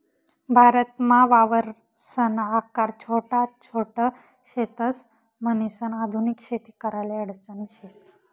भारतमा वावरसना आकार छोटा छोट शेतस, म्हणीसन आधुनिक शेती कराले अडचणी शेत